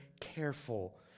careful